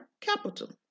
capital